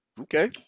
Okay